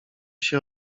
się